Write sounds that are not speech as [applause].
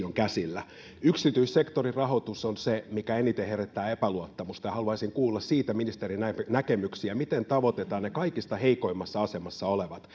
[unintelligible] on käsillä yksityissektorin rahoitus on se mikä eniten herättää epäluottamusta ja haluaisin kuulla siitä ministerin näkemyksiä miten tavoitetaan ne kaikista heikoimmassa asemassa olevat [unintelligible]